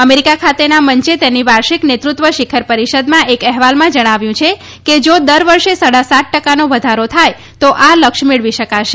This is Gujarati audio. અમેરિકા ખાતેના મંચે તેની વાર્ષિક નેતૃત્વ શીખર પરિષદમાં એક અહેવાલમાં જણાવ્યું છે કે જા દર વર્ષે સાડા સાત ટકાનો વધારો થાય તો આ લક્ષ્ય મેળવી શકાશે